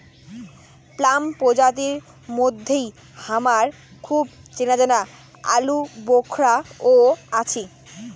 plum প্রজাতির মইধ্যে হামার খুব চেনাজানা আলুবোখরাও আছি